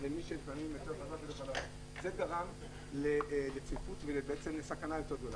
זה גרם לצפיפות ולסכנה יותר גדולה.